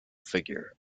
figure